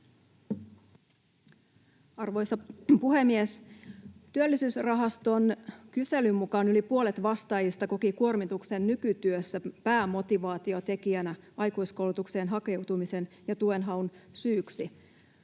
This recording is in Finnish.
Arvoisa puhemies! Työllisyysrahaston kyselyn mukaan yli puolet vastaajista koki kuormituksen nykytyössä päämotivaatiotekijänä aikuiskoulutukseen hakeutumisen ja tuen haun syyksi.